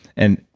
and,